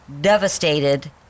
devastated